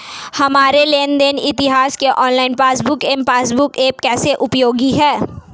हमारे लेन देन इतिहास के online passbook M passbook app कैसे उपयोगी है?